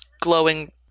glowing